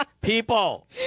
People